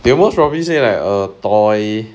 they will most probably say like a toy